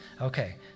Okay